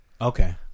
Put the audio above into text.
Okay